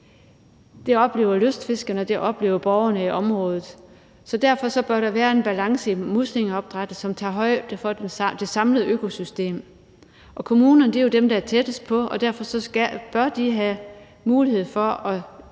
Det oplever lystfiskerne. Det oplever borgerne i området. Derfor bør der være en balance i muslingeopdrættet, som tager højde for det samlede økosystem. Kommunerne er jo dem, der er tættest på, og derfor bør de have mulighed for at